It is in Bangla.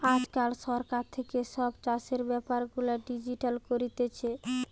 আজকাল সরকার থাকে সব চাষের বেপার গুলা ডিজিটাল করি দিতেছে